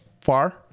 far